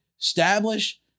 establish